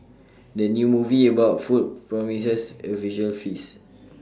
the new movie about food promises A visual feast